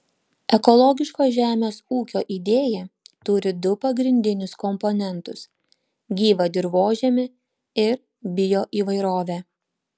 ekologiško žemės ūkio idėja turi du pagrindinius komponentus gyvą dirvožemį ir bioįvairovę